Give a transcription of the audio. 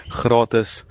gratis